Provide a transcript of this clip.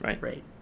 Right